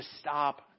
stop